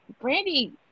Brandy